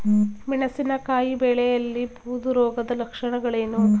ಮೆಣಸಿನಕಾಯಿ ಬೆಳೆಯಲ್ಲಿ ಬೂದು ರೋಗದ ಲಕ್ಷಣಗಳೇನು?